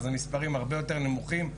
אז המספרים הרבה יותר נמוכים.